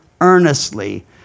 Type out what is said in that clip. earnestly